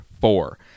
four